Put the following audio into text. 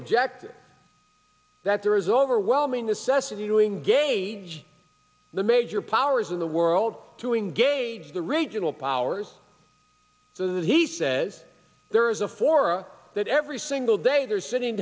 objective that there is overwhelming the sesa doing gauge the major powers in the world to engage the regional powers that he says there is a for that every single day they are sitting